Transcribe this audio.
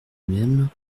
même